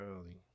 early